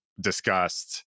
discussed